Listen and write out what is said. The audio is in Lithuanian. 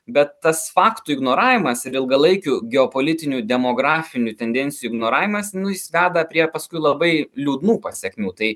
bet tas faktų ignoravimas ir ilgalaikių geopolitinių demografinių tendencijų ignoravimas nu jis veda prie paskui labai liūdnų pasekmių tai